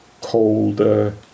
colder